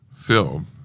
film